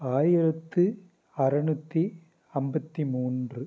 ஆயிரத்தி அறநூற்றி அம்பத்தி மூன்று